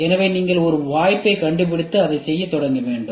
எனவே நீங்கள் ஒரு வாய்ப்பைக் கண்டுபிடித்து அதைச் செய்யத் தொடங்க வேண்டும்